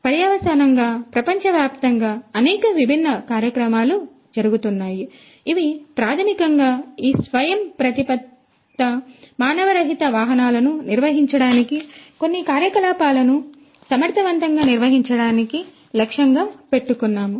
కాబట్టి పర్యవసానంగా ప్రపంచవ్యాప్తంగా అనేక విభిన్న కార్యక్రమాలు జరుగుతున్నాయి ఇవి ప్రాథమికంగా ఈ స్వయంప్రతిపత్త మానవరహిత వాహనాలను నిర్వహించడానికి కొన్ని కార్యకలాపాలను సమర్థవంతంగా నిర్వహించడానికి లక్ష్యంగా పెట్టుకున్నాయి